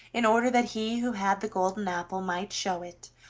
in order that he who had the golden apple might show it,